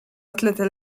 atletę